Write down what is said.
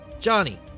Johnny